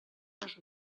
dos